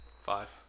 Five